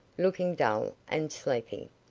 looking dull and sleepy.